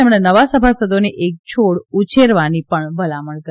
તેમણે નવા સભાસદોને એક છોડ ઉછેરવા ભલામણ કરી